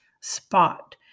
spot